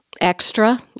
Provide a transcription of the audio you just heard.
extra